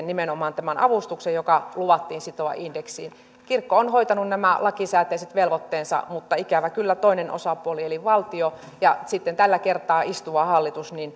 nimenomaan tämän avustuksen joka luvattiin sitoa indeksiin kirkko on hoitanut nämä lakisääteiset velvoitteensa mutta ikävä kyllä toinen osapuoli eli valtio ja sitten tällä kertaa istuva hallitus